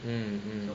um